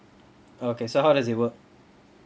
okay so how does it work